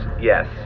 yes